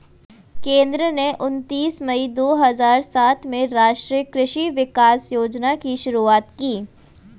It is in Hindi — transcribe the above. केंद्र ने उनतीस मई दो हजार सात में राष्ट्रीय कृषि विकास योजना की शुरूआत की